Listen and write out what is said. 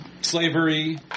slavery